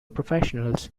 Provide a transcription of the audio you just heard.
professionals